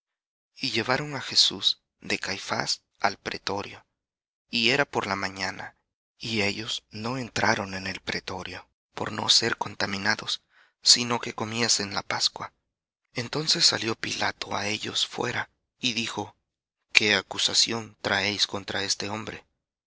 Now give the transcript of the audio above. y llevaron á jesús de caifás al pretorio y era por la mañana y ellos no entraron en el pretorio por no ser contaminados sino que comiesen la pascua entonces salió pilato á ellos fuera y dijo qué acusación traéis contra este hombre